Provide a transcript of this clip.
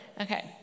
Okay